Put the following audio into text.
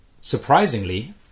surprisingly